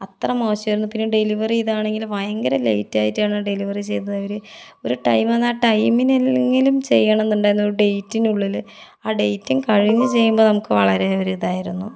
അത്ര മോശായിരുന്നു പിന്നെ ഡെലിവറി ഇതാണെങ്കില് ഭയങ്കര ലേറ്റായിട്ടാണ് ഡെലിവറി ചെയ്തത് അവര് ഒരു ടൈം തന്നാൽ ആ ടൈമിന് എങ്കിലും ചെയ്യണന്നുണ്ടായിരുന്നു ഡേറ്റിനുള്ളില് ആ ഡേറ്റും കഴിഞ്ഞ് ചെയ്യുമ്പോൾ നമുക്ക് വളരെ ഒരു ഇതായിരുന്നു